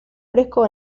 fresco